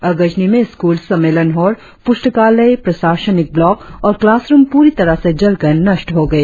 अगजनी में स्कूल सम्मेलन हॉल पुस्तकालय प्रशासनिक ब्लॉक और क्लासरुम पूरी तरह से जलकर नष्ट हो गए